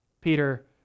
Peter